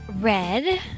Red